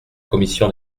commission